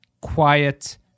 quiet